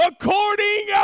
According